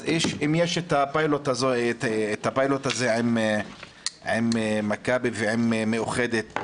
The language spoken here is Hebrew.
אז אם יש את הפיילוט הזה עם מכבי ועם מאוחדת,